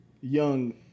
young